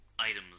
items